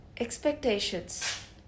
expectations